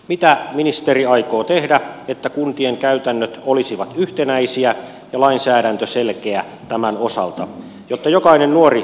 mitä ministeri aikoo tehdä että kuntien käytännöt olisivat yhtenäisiä ja lainsäädäntö selkeä tämän osalta jotta jokainen nuori palkittaisiin ahkeruudestaan